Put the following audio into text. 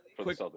Quick